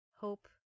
hope